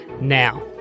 Now